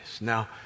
Now